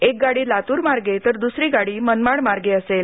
एक गाडी लातूर मार्गे तर दुसरी गाडी मनमाड मार्गे असेल